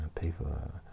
people